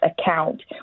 account